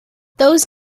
those